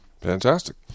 Fantastic